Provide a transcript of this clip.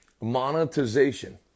monetization